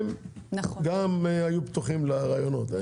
הם גם היו פתוחים לרעיונות.